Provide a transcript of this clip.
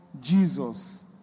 Jesus